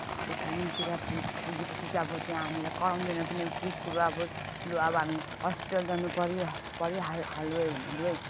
त्यो टाइमिङतिर पुग् पुगेपछि चाहिँ अब त्यहाँ हामीलाई कराउँदैन पनि अब केही कुरो अब लु अब हामी हस्पिटल जानुपर्यो परिहाल् हाल्यो भने नि है